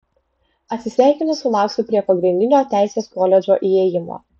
atsisveikinu su maksu prie pagrindinio teisės koledžo įėjimo